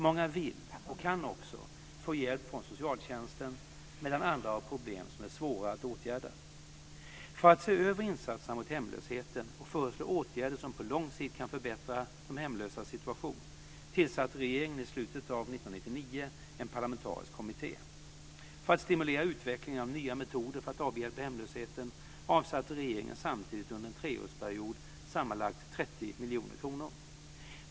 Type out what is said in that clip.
Många vill, och kan också, få hjälp från socialtjänsten, medan andra har problem som är svårare att åtgärda. För att se över insatserna mot hemlösheten och föreslå åtgärder som på lång sikt kan förbättra de hemlösas situation tillsatte regeringen i slutet av 1999 en parlamentarisk kommitté. För att stimulera utvecklingen av nya metoder för att avhjälpa hemlösheten avsatte regeringen samtidigt under en treårsperiod sammanlagt 30 miljoner kronor.